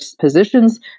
positions